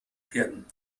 pferden